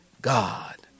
God